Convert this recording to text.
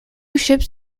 ships